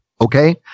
Okay